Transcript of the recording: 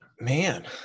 Man